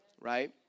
Right